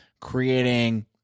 creating